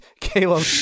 Caleb